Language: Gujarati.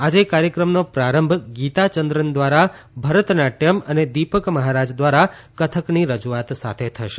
આજે કાર્યક્રમનો પ્રારંભ ગીતા ચંદ્રન દ્વારા ભરત નાટ્યમ અને દીપક મહારાજ ધ્વારા કથકની રજુઆત સાથે થશે